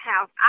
house